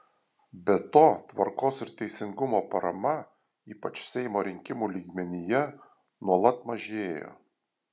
be to tvarkos ir teisingumo parama ypač seimo rinkimų lygmenyje nuolat mažėjo